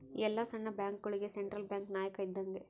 ಎಲ್ಲ ಸಣ್ಣ ಬ್ಯಾಂಕ್ಗಳುಗೆ ಸೆಂಟ್ರಲ್ ಬ್ಯಾಂಕ್ ನಾಯಕ ಇದ್ದಂಗೆ